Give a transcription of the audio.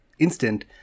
instant